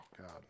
god